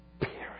Period